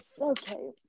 okay